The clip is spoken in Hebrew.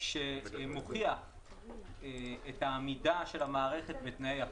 שמוכיח את המידה של המערכת בתנאי החוק.